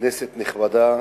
כנסת נכבדה,